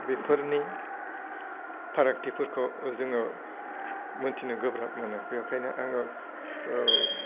बेफोरनि फारागथिफोरखौ जोङो मोनथिनो गोब्राब मोनो बेखायनो आङो